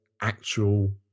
actual